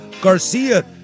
Garcia